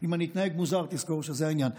אם אני אתנהג מוזר, תזכור שזה העניין.